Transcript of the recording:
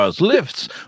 lifts